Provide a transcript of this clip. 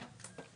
ונובמבר.